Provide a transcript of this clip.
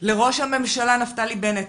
לראש הממשלה נפתלי בנט,